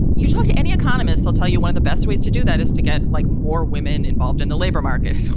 you talk to any economists, i'll tell you, one of the best ways to do that is to get like more women involved in the labor market.